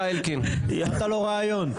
נתת לו רעיון.